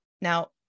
now